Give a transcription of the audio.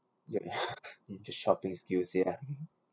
ya you just shopping skills ya